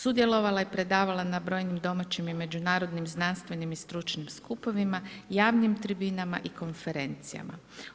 Sudjelovala je i predavala na brojnim domaćim i međunarodnim znanstvenim i stručnim skupovima, javnim tribinama i konferencijama.